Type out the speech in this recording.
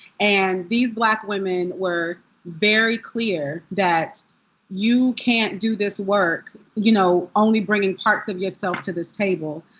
and these black women were very clear that you can't do this work you know only bringing parts of yourself to this table.